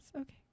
okay